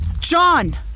John